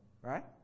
right